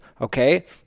Okay